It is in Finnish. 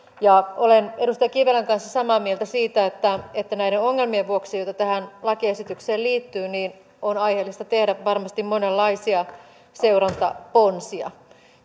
olen edustaja kivelän kanssa samaa mieltä siitä että että näiden ongelmien vuoksi joita tähän lakiesitykseen liittyy on aiheellista tehdä varmasti monenlaisia seurantaponsia